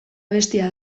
abestia